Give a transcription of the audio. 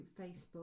Facebook